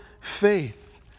faith